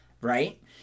right